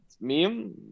meme